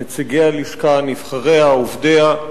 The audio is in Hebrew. נציגי הלשכה, נבחריה, עובדיה,